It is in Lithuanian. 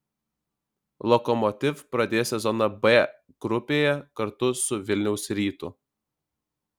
lokomotiv pradės sezoną b grupėje kartu su vilniaus rytu